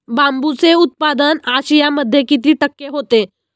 बांबूचे उत्पादन आशियामध्ये किती टक्के होते?